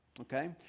Okay